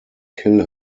kill